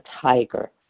tiger